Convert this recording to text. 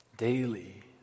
Daily